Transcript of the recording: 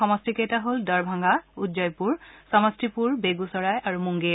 সমষ্টিকেইটা হ'ল ডৰভাংগা উজ্জেইপুৰ সমষ্টিপুৰ বেগুচৰাই আৰু মুংগেৰ